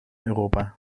europa